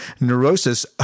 neurosis